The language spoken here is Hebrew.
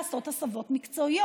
לעשות הסבות מקצועיות.